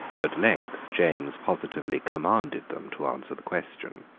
at length james positively commanded them to answer the question.